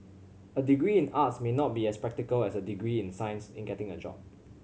a degree in arts may not be as practical as a degree in science in getting a job